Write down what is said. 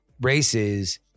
races